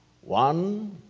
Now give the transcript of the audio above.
One